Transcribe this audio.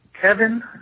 Kevin